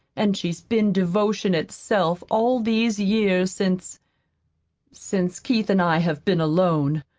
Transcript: and she's been devotion itself all these years since since keith and i have been alone.